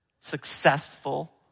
successful